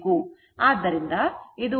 ಆದ್ದರಿಂದ ಇದು ವಾಸ್ತವವಾಗಿ V angle ϕ ಆಗಿದೆ